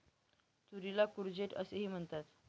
तुरीला कूर्जेट असेही म्हणतात